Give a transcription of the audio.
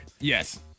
Yes